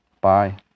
Bye